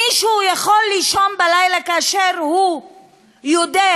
מישהו יכול לישון בלילה כאשר הוא יודע,